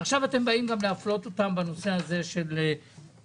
עכשיו אתם באים גם להפלות אותן בנושא הזה של הפרישה.